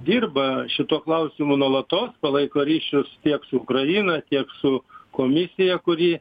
dirba šituo klausimu nuolatos palaiko ryšius tiek su ukraina tiek su komisija kuri